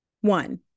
one